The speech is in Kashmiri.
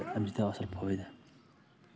تہٕ اَمہِ سۭتۍ آو اَصٕل فٲیِدٕ